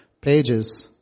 pages